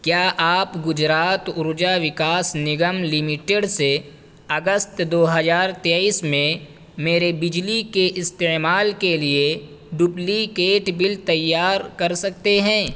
کیا آپ گجرات ارجا وکاس نگم لمیٹڈ سے اگست دو ہزار تیئس میں میرے بجلی کے استعمال کے لیے ڈپلیکیٹ بل تیار کر سکتے ہیں